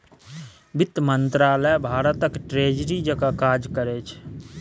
बित्त मंत्रालय भारतक ट्रेजरी जकाँ काज करै छै